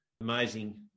amazing